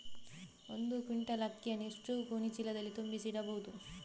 ಒಂದು ಕ್ವಿಂಟಾಲ್ ಅಕ್ಕಿಯನ್ನು ಎಷ್ಟು ಗೋಣಿಚೀಲದಲ್ಲಿ ತುಂಬಿಸಿ ಇಡಬಹುದು?